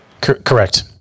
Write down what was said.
Correct